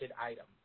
item